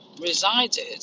resided